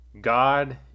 God